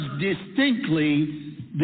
distinctly